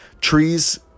Trees